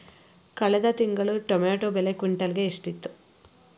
ಕಳೆದ ತಿಂಗಳು ಟೊಮ್ಯಾಟೋ ಬೆಲೆ ಕ್ವಿಂಟಾಲ್ ಗೆ ಎಷ್ಟಿತ್ತು?